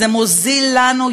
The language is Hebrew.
זה מוזיל לנו,